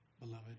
beloved